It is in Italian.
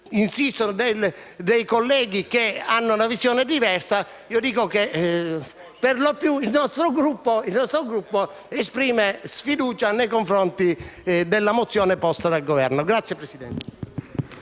vi sono dei colleghi che hanno una visione diversa, dico che per lo più il nostro Gruppo esprime sfiducia nei confronti della mozione posta dal Governo. *(Applausi dei